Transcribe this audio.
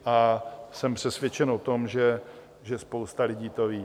A jsem přesvědčen, o tom, že spousta lidí to ví.